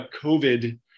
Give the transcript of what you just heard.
COVID